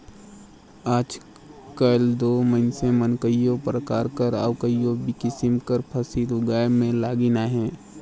आएज काएल दो मइनसे मन कइयो परकार कर अउ कइयो किसिम कर फसिल उगाए में लगिन अहें